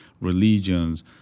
religions